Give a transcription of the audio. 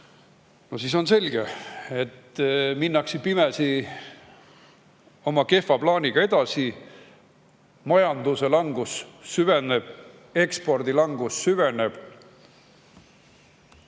No siis on selge, et minnakse pimesi oma kehva plaaniga edasi. Majanduslangus süveneb, ekspordi langus süveneb.